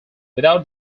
without